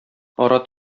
ара